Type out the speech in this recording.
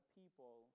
people